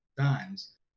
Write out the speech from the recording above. times